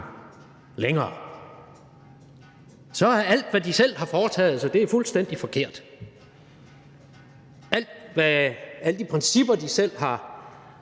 længere. Så er alt, hvad de selv har foretaget sig, fuldstændig forkert. Alle de principper, som de selv har